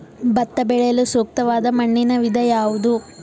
ಭತ್ತ ಬೆಳೆಯಲು ಸೂಕ್ತವಾದ ಮಣ್ಣಿನ ವಿಧ ಯಾವುದು?